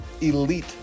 elite